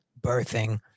birthing